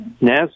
Yes